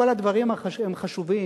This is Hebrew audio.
כל הדברים הם חשובים,